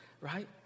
right